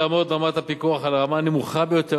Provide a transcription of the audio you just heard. תעמוד רמת הפיקוח על הרמה הנמוכה ביותר,